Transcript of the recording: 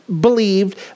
believed